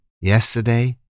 yesterday